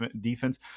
defense